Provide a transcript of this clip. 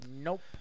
Nope